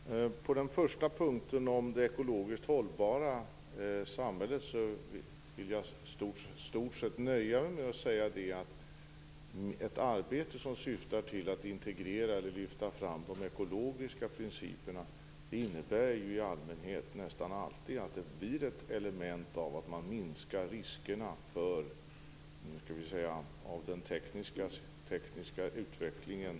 Herr talman! På den första frågan om ett ekologiskt hållbart samhälle vill jag i stort sett nöja mig med att säga att ett arbete som syftar till att integrera eller lyfta fram de ekologiska principerna i allmänhet nästan alltid innebär att man minskar riskerna för sårbarhetselement, framdrivna av den tekniska utvecklingen.